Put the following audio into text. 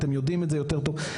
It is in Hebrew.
ואתם יודעים את זה יותר טוב,